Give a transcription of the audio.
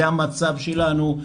זה המצב שלנו,